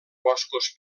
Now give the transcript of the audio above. boscos